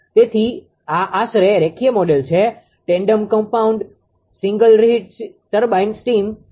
તેથી આ આશરે રેખીય મોડેલ છે tandem compound single reheat steam turbine છે